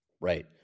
Right